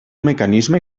mecanisme